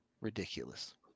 Ridiculous